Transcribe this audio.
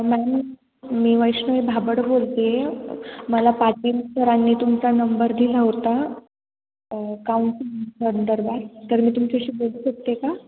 ma'am मी वैष्णवी भाबड बोलते मला पाटील सरांनी तुमचा नंबर दिला होता काउन्सिलिंगसंदर्भात तर मी तुमच्याशी बोलू शकते का